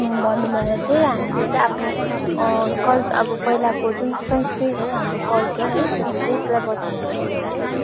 भन्नु भन्दा चाहिँ हामीले चाहिँ आफ्नो कल् अब पहिलाको जुन संस्कृत है हाम्रो कल्चर है संस्कृतलाई बचाउँनु हो भने चाहिँ